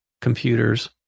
computers